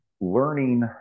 learning